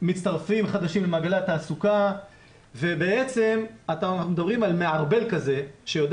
מצטרפים חדשים למעגלי התעסוקה ובעצם אנחנו מדברים על מערבל כזה שיודע